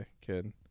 kid